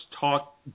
talk